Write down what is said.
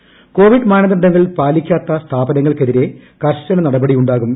Covid മാനദണ്ഡങ്ങൾ പാലിക്കാത്ത സ്ഥാപനങ്ങൾക്ക്തിരെ കർശന നടപടിയുണ്ടാവും